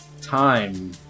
Time